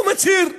הוא מצהיר.